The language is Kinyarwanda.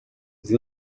izi